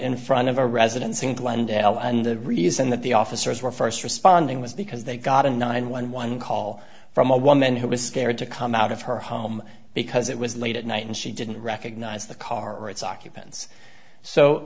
in front of a residence in glendale and the reason that the officers were first responding was because they got a nine one one call from a woman who was scared to come out of her home because it was late at night and she didn't recognize the car or its occupants so